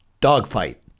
Dogfight